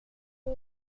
ses